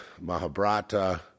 Mahabharata